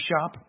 shop